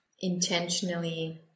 intentionally